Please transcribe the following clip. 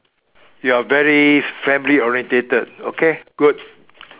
you are very family orientated okay good